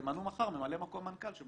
תמנו מחר ממלא מקום מנכ"ל.